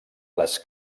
les